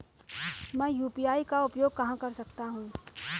मैं यू.पी.आई का उपयोग कहां कर सकता हूं?